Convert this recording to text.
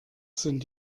sind